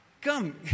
Come